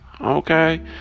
okay